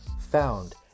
found